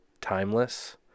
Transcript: timeless